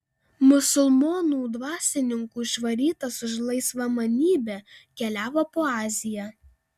musulmonų dvasininkų išvarytas už laisvamanybę keliavo po aziją